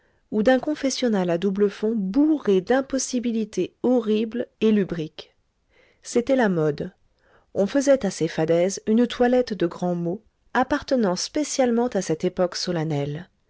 ou d'un confessionnal à double fond bourré d'impossibilités horribles et lubriques c'était la mode on faisait à ces fadaises une toilette de grands mots appartenant spécialement à cette époque solennelle